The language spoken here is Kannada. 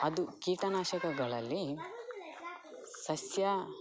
ಅದು ಕೀಟನಾಶಕಗಳಲ್ಲಿ ಸಸ್ಯ